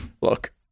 look